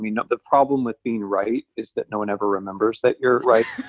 you know the problem with being right is that no one ever remembers that you're right.